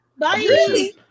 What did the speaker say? Bye